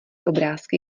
obrázky